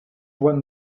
won